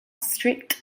strict